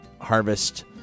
Harvest